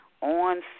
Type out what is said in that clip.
on